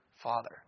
father